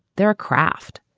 they're a craft.